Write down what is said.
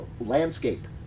landscape